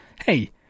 hey